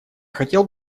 хотел